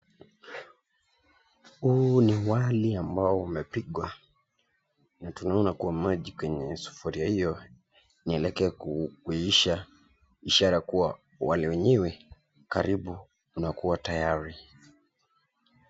Ni wali ambao umepikwa na maji kwenye sufuria hio inaelekea kuisha ishara kuwa wali wenyewe karibu unakua tayari.